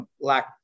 lack